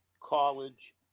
college